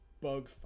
bug